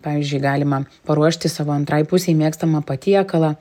pavyzdžiui galima paruošti savo antrai pusei mėgstamą patiekalą